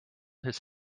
his